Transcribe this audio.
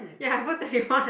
ya good to have one